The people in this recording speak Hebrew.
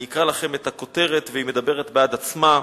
אני אקרא לכם את הכותרת והיא מדברת בעד עצמה: